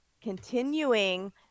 continuing